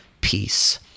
peace